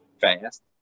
fast